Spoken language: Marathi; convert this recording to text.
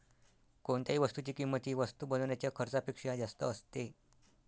कोणत्याही वस्तूची किंमत ही वस्तू बनवण्याच्या खर्चापेक्षा जास्त असते